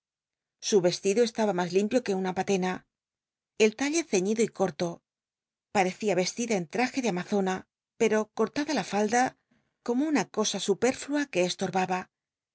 su vestido estaba mas limpio que una patena el talle cciiido y corto parecía yeslida en hajc de ama ona pero cortada la falda como una cosa supel'llua que estorbaba